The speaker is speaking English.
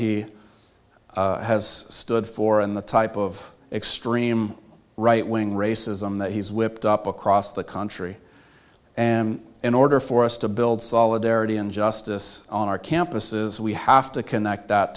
he has stood for and the type of extreme right wing racism that he's whipped up across the country and in order for us to build solidarity and justice on our campuses we have to connect